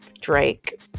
Drake